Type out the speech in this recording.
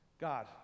God